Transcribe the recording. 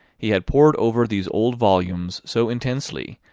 he had pored over these old volumes so intensely,